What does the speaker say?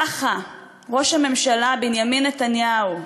ככה ראש הממשלה בנימין נתניהו.